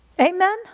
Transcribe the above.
Amen